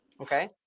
okay